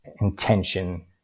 intention